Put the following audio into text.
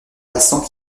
passants